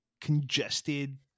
congested